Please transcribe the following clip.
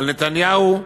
על נתניהו,